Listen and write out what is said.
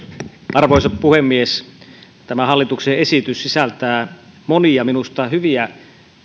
arvoisa puhemies tämä hallituksen esitys sisältää minusta monia hyviä